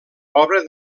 obra